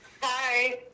Hi